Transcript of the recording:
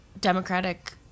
Democratic